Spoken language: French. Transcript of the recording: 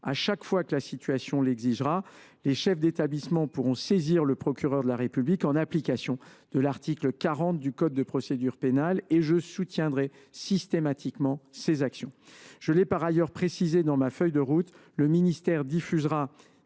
Chaque fois que la situation l’exigera, les chefs d’établissement pourront saisir le procureur de la République, en application de l’article 40 du code de procédure pénale, et je soutiendrai systématiquement ces actions. Je l’ai par ailleurs précisé dans ma feuille de route, le ministère diffusera